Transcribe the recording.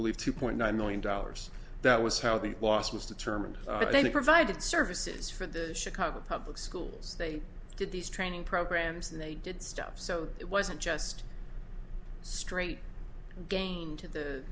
leave two point nine million dollars that was how the loss was determined but they provided services for the chicago public schools they did these training programs and they did stuff so it wasn't just straight again to